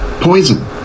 poison